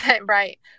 right